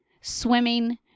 swimming